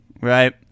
right